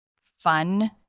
fun